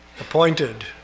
appointed